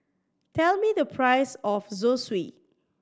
tell me the price of Zosui